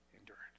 endurance